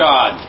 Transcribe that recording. God